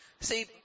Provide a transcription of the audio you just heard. See